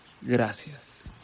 Gracias